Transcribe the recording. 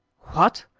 what?